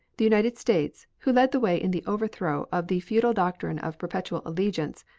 the united states, who led the way in the overthrow of the feudal doctrine of perpetual allegiance,